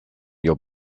your